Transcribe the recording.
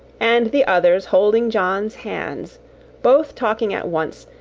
and the others holding john's hands both talking at once,